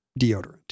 deodorant